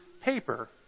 paper